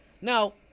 Now